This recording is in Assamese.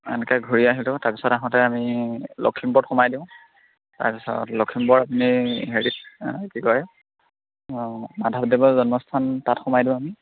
এনেকৈ ঘূৰি আহিলোঁ তাৰপিছত আহোঁতে আমি লখিমপুৰত সোমাই দিওঁ তাৰপিছত লখিমপুৰত আপুনি হেৰি কি কয় মাধৱদেৱৰ জন্মস্থান তাত সোমাই দিওঁ আমি